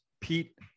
Pete